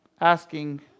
asking